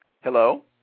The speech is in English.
Hello